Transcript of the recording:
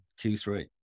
Q3